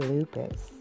Lupus